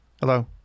Hello